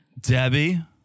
Debbie